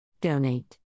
Donate. –